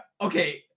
okay